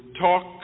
talk